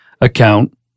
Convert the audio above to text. account